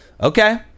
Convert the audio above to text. Okay